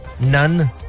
None